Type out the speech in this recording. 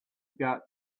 got